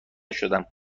شدم